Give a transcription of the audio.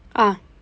ah